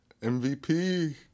MVP